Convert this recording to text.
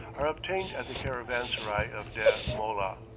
are obtained at the caravansarai of deh mollah.